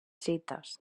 xiïtes